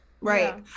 right